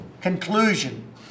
conclusion